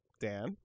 Dan